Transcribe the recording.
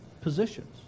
positions